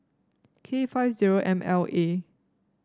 K five zero M L A